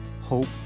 hope